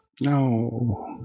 No